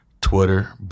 Twitter